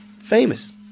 famous